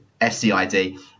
SCID